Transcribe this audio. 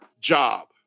job